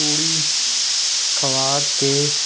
ਤੂੜੀ ਖਵਾ ਕੇ